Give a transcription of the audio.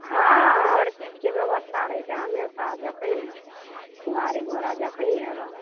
हँ हर चीजके बेबस्था रहए छै हमेशा जखनि गाड़ी घोड़ा जखनि हेरब